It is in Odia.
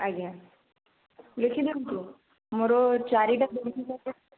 ଆଜ୍ଞା ଲେଖି ଦିଅନ୍ତୁ ମୋର ଚାରିଟା ବେଲୁନ ପ୍ୟାକେଟ